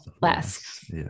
less